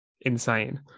insane